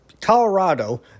Colorado